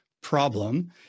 problem